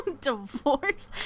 Divorce